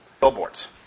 billboards